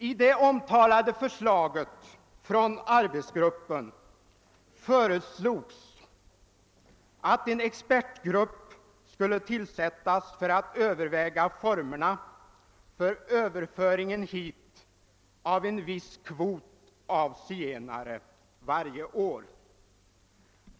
I det omtalade förslaget från arbetsgruppen föreslogs att en expertgrupp skulle tillsättas för att överväga formerna för överföringen hit av en viss kvot av zigenare varje år.